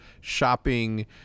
shopping